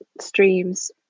streams